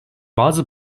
bazı